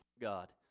God